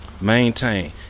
maintain